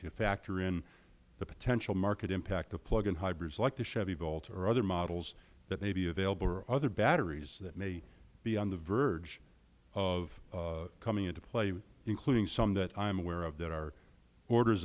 to factor in the potential market impact of plug in hybrids like the chevy volt or other models that may be available or other batteries that may be on the verge of coming into play including some that i am aware of that are orders